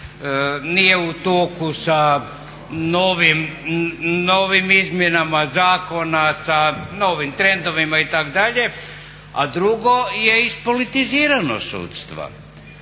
nije u toku sa novim izmjenama zakona, sa novim trendovima itd. A drugo je ispolitiziranost sudstva.